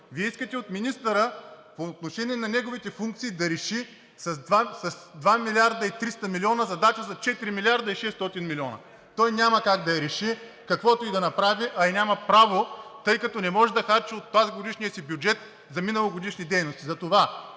Вие искате от министъра по отношение на неговите функции да реши с 2 милиарда и 300 милиона задача за 4 милиарда и 600 милиона. Той няма как да я реши, каквото и да направи, а и няма право, тъй като не може да харчи от тазгодишния си бюджет за миналогодишни дейности.